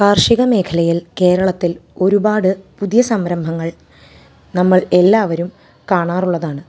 കാര്ഷിക മേഖലയില് കേരളത്തിൽ ഒരുപാട് പുതിയ സംരംഭങ്ങള് നമ്മൾ എല്ലാവരും കാണാറുള്ളതാണ്